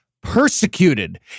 persecuted